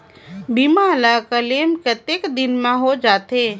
बीमा ला क्लेम कतेक दिन मां हों जाथे?